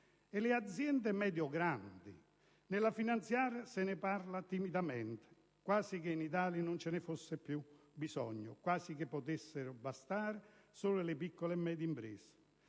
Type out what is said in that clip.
E le aziende medio grandi? Nella manovra finanziaria se ne parla timidamente, quasi che in Italia non ce ne fosse più bisogno, quasi che potessero bastare solo le piccole e medie imprese.